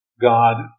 God